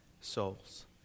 souls